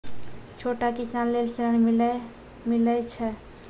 छोटा किसान लेल ॠन मिलय छै?